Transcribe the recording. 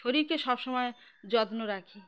শরীরকে সব সময় যত্ন রাখি